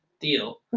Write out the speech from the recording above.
deal